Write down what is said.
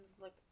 look